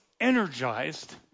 energized